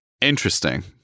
Interesting